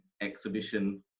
exhibition